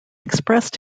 expressed